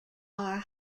are